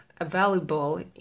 available